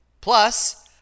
Plus